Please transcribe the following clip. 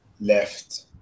left